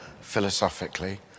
philosophically